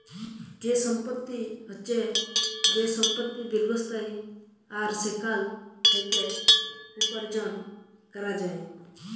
যে সম্পত্তি হচ্যে যে সম্পত্তি দীর্ঘস্থায়ী আর সেখাল থেক্যে উপার্জন ক্যরা যায়